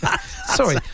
Sorry